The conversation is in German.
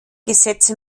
gesetze